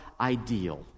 ideal